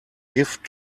gift